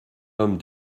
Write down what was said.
homme